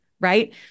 right